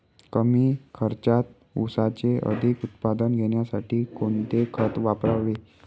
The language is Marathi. कमी खर्चात ऊसाचे अधिक उत्पादन घेण्यासाठी कोणते खत वापरावे?